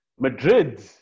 Madrid